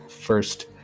first